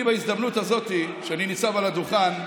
אני, בהזדמנות הזאת, כשאני ניצב על הדוכן,